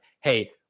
hey